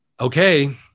okay